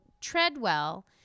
Treadwell